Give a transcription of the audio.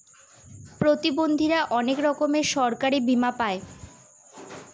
প্রতিবন্ধীরা অনেক রকমের সরকারি বীমা পাই